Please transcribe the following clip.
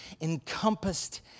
encompassed